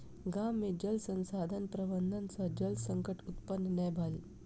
गाम में जल संसाधन प्रबंधन सॅ जल संकट उत्पन्न नै भेल